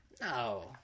No